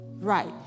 Right